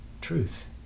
truth